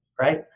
right